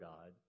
God